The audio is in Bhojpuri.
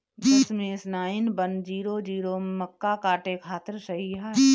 दशमेश नाइन वन जीरो जीरो मक्का काटे खातिर सही ह?